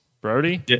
Brody